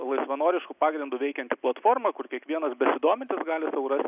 laisvanorišku pagrindu veikianti platforma kur kiekvienas besidomintis gali sau rasti